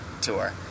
tour